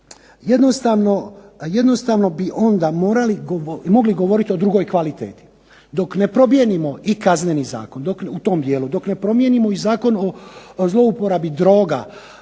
jednostavno bi onda mogli govoriti o drugoj kvaliteti. Dok ne promijenimo i Kazneni zakon u tom dijelu dok ne promijenimo i Zakon o zlouporabi drota,